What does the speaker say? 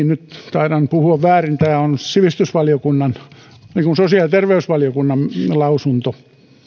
taidan puhua väärin tämä on sivistysvaliokunnan ei vaan sosiaali ja terveysvaliokunnan lausunto